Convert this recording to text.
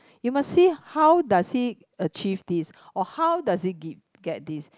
you must see how does he achieve this or how does he give get this